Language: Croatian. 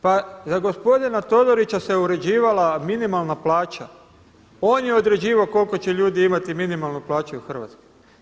Pa za gospodina Todorića se uređivala minimalna plaća, on je određivao koliko će ljudi imali minimalnu plaću u Hrvatskoj.